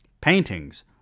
Paintings